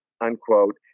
unquote